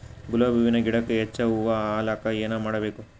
ಗುಲಾಬಿ ಹೂವಿನ ಗಿಡಕ್ಕ ಹೆಚ್ಚ ಹೂವಾ ಆಲಕ ಏನ ಮಾಡಬೇಕು?